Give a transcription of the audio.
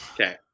Okay